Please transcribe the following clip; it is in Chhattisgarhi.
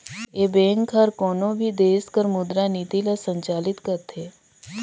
ए बेंक हर कोनो भी देस कर मुद्रा नीति ल संचालित करथे